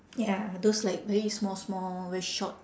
ya those like very small small very short